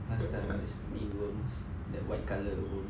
last time what is meal worms that white colour worm